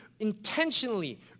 intentionally